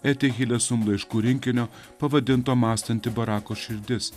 eti hilesum laiškų rinkinio pavadinto mąstanti barako širdis